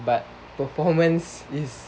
but performance is